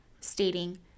stating